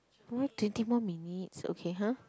why twenty more minutes okay !huh!